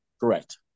Correct